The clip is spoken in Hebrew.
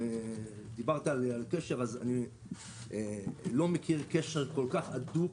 דיברת על קשר, ואני לא מכיר קשר כל כך הדוק